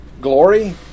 glory